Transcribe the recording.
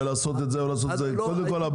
ולעשות את זה או לעשות את זה קודם כל,